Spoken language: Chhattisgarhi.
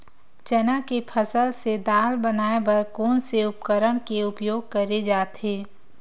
चना के फसल से दाल बनाये बर कोन से उपकरण के उपयोग करे जाथे?